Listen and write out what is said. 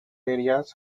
areas